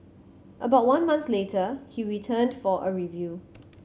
about one month later he returned for a review